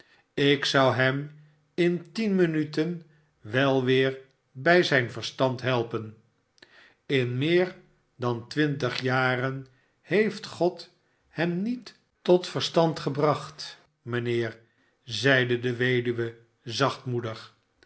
ik zou hem in tien minuten wel weer bij zijn verstand helpen in meer dan twintig jaren heeft god hem niet tot verstand gebracnt miinheeri zeide de weduwe